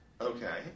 Okay